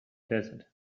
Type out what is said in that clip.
desert